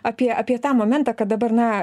apie apie tą momentą kad dabar na